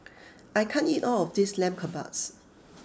I can't eat all of this Lamb Kebabs